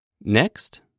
Next